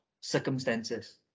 circumstances